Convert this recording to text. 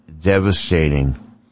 devastating